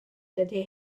dydy